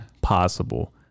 possible